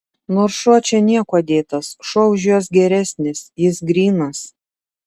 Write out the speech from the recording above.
nors šuo čia niekuo dėtas šuo už juos geresnis jis grynas